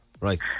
Right